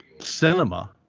cinema